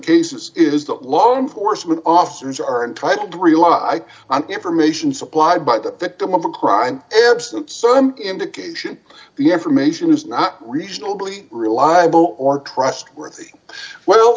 cases it is that law enforcement officers are entitled to rely on information supplied by the victim of a crime some indication the information is not reasonably reliable d or trustworthy well